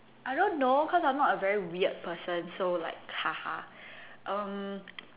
I don't know cause I'm not a very weird person so like ha ha um